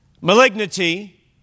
malignity